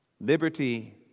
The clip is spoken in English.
Liberty